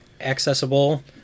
accessible